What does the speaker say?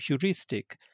heuristic